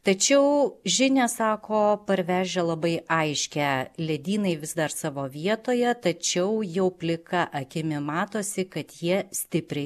tačiau žinią sako parvežę labai aiškią ledynai vis dar savo vietoje tačiau jau plika akimi matosi kad jie stipriai